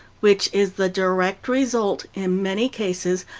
which is the direct result, in many cases,